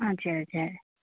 हजुर हजुर